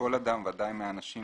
מכל אדם, ודאי מהאנשים